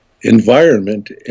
environment